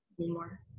anymore